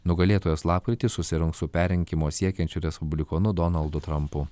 nugalėtojas lapkritį susirungs su perrinkimo siekiančiu respublikonu donaldu trampu